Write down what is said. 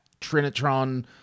Trinitron